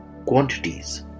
quantities